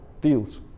deals